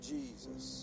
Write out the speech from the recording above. Jesus